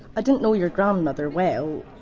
i didn't know your grandmother well. or,